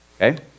Okay